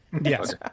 Yes